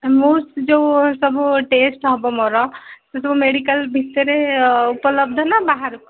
ମୋର ଯେଉଁ ସବୁ ଟେଷ୍ଟ ହେବ ମୋର କିନ୍ତୁ ମେଡ଼ିକାଲ୍ ଭିତରେ ଉପଲବ୍ଧ ନା ବାହାରକୁ